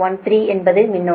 13 என்பது மின்னோட்டம்